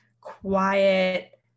quiet